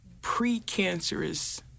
precancerous